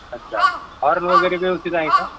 अच्छा हॉर्न वगैरे व्यवस्थित आहे का